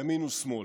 ימין ושמאל.